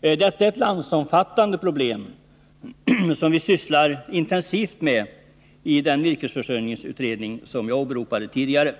Detta är ett landsomfattande problem, som vi sysslar intensivt med i den virkesförsörjningsutredning som jag tidigare åberopade.